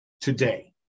Today